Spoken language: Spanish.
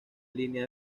línea